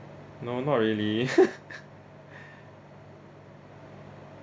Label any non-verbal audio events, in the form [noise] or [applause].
no not really [laughs]